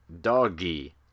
Doggy